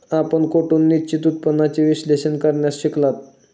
आपण कोठून निश्चित उत्पन्नाचे विश्लेषण करण्यास शिकलात?